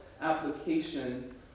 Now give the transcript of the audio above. application